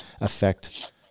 affect